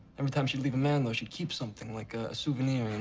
every time she'd leave a man, though, she'd keep something, like a souvenir. and